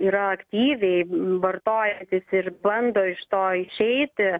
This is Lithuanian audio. yra aktyviai vartojantys ir bando iš to išeiti